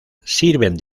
sirven